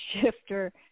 shifter